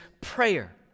prayer